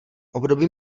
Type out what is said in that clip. období